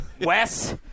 Wes